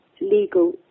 legal